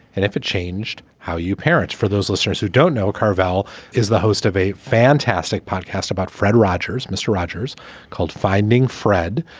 and if it changed how you parents for those listeners who don't know, carvel is the host of a fantastic podcast about fred rogers. mr. rogers called finding fred.